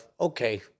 okay